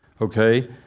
Okay